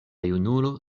junulo